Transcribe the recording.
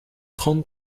trente